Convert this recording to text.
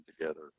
together